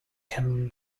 can